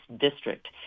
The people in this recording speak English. district